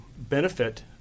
benefit